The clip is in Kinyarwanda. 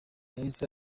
yahise